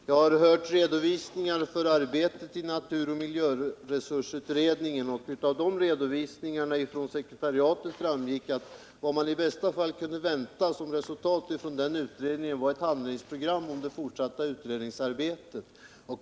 Herr talman! Jag har hört sekretariatets redogörelser för arbetet inom naturresursoch miljöutredningen. Av dessa redogörelser framgick att vad man i bästa fall kunde vänta som resultat av utredningen var ett handlingsprogram om det fortsatta utredningsarbetet.